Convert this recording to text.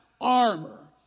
armor